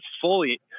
fully